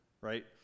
right